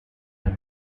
and